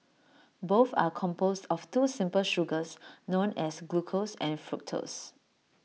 both are composed of two simple sugars known as glucose and fructose